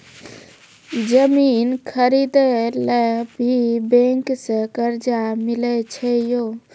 जमीन खरीदे ला भी बैंक से कर्जा मिले छै यो?